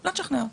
לא תשכנע אותי.